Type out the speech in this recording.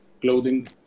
Clothing